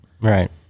Right